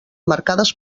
marcades